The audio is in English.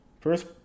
first